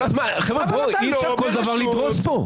חבר'ה, אי-אפשר כל דבר לדרוס פה.